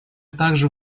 также